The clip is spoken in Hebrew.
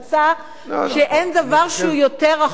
שאין דבר שהוא יותר רחוק ממני.